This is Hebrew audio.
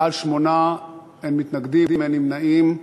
בעד, 8, אין מתנגדים, אין נמנעים.